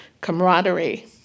camaraderie